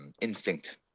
instinct